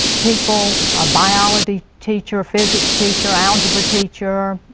people, ah biology teacher, physics teacher, algebra teacher,